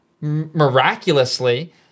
miraculously